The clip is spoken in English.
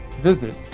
visit